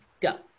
Go